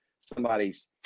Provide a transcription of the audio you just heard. somebody's